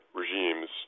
regimes